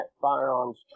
firearms